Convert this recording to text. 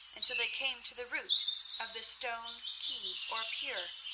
until they came to the root of the stone quay or pier,